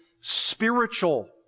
spiritual